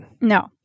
No